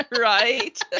right